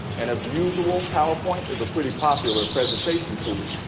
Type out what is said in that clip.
and as usual, powerpoint is a pretty popular presentation tool.